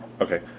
Okay